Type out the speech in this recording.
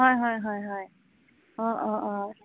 হয় হয় হয় হয় অঁ অঁ অঁ